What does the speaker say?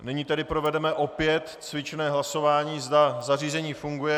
Nyní tedy provedeme opět cvičné hlasování, zda zařízení funguje.